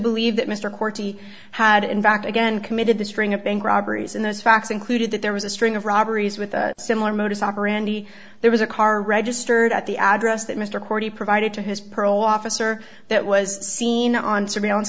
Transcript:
believe that mr corti had in fact again committed the string of bank robberies in those facts included that there was a string of robberies with a similar modus operandi there was a car registered at the address that mr carty provided to his parole officer that was seen on surveillance